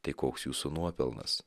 tai koks jūsų nuopelnas